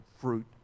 fruit